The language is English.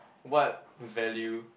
what value